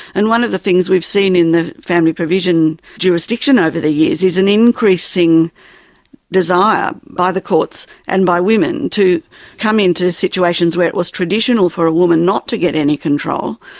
and one of the things we've seen in the family provision jurisdiction over the years is an increasing desire by the courts and by women to come into situations where it was traditional for a woman not to get any control,